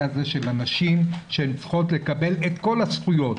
הזה של הנשים שצריכות לקבל את כל הזכויות.